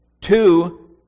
Two